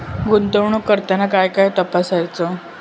गुंतवणूक करताना काय काय तपासायच?